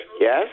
Yes